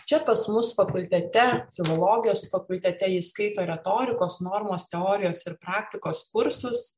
čia pas mus fakultete filologijos fakultete ji skaito retorikos normos teorijos ir praktikos kursus